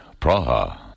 Praha